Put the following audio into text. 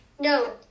No